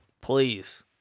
please